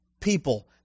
people